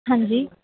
ਹਾਂਜੀ